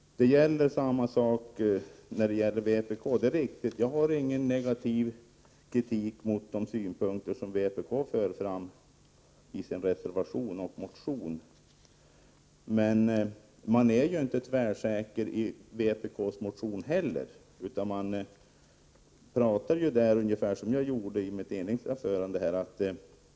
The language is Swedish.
Samma sak gäller vpk. Jag har ingen negativ kritik mot de synpunkter som vpk för fram i sin motion och i sin reservation, men man är ju inte tvärsäker i vpk:s motion heller, utan man pratar där ungefär som jag gjorde i mitt inledningsanförande.